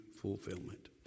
fulfillment